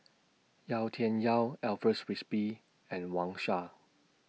Yau Tian Yau Alfred Frisby and Wang Sha